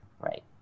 right